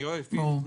אני רוצה